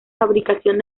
fabricación